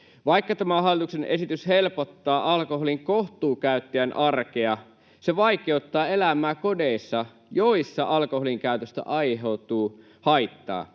Vaikka tämä hallituksen esitys helpottaa alkoholin kohtuukäyttäjien arkea, se vaikeuttaa elämää kodeissa, joissa alkoholin käytöstä aiheutuu haittaa.